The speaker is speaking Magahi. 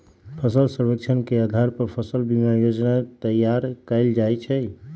फसल सर्वेक्षण के अधार पर फसल बीमा जोजना तइयार कएल जाइ छइ